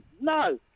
No